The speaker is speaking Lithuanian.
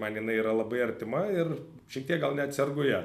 man jinai yra labai artima ir šiek tiek gal net sergu ja